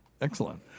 Excellent